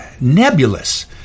nebulous